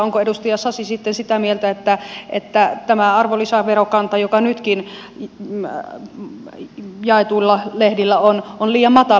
onko edustaja sasi sitten sitä mieltä että tämä arvonlisäverokanta joka nytkin jaetuilla lehdillä on on liian matala